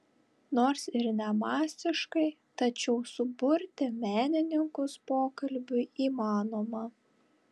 nors ir ne masiškai tačiau suburti menininkus pokalbiui įmanoma